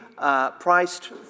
Priced